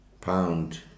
pound